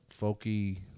folky